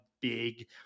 big